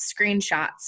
screenshots